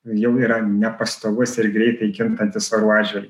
jau yra nepastovus ir greitai kintantis orų atžvilgiu